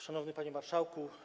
Szanowny Panie Marszałku!